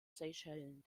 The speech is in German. seychellen